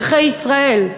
פרחי ישראל,